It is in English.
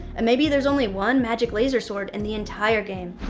and maybe there's only one magic laser sword in the entire game.